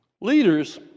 Leaders